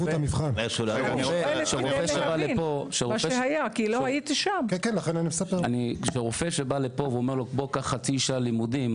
רופא שבא לפה ואומר בוא קח חצי שנה לימודים,